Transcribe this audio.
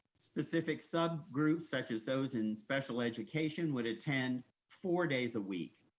specific sub groups such as those in special education would attend four days a week.